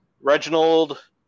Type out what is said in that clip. Reginald